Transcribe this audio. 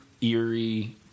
eerie